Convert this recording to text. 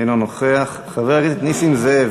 אינו נוכח, חבר הכנסת נסים זאב,